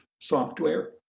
Software